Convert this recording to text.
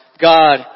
God